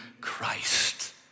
Christ